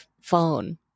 phone